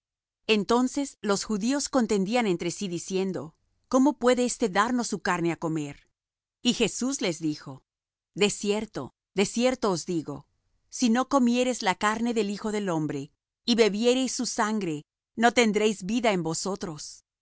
entonces los judíos contendían entre sí diciendo cómo puede éste darnos su carne á comer y jesús les dijo de cierto de cierto os digo si no comiereis la carne del hijo del hombre y bebiereis su sangre no tendréis vida en vosotros